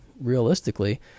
realistically